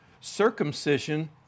Circumcision